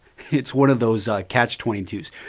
it's one of those catch twenty two s.